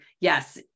yes